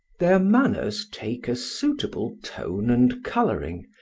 their manners take a suitable tone and colouring,